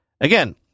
Again